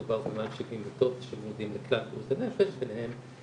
מדובר במעל 70 מיטות שמגיעים לכלל בריאות הנפש ביניהם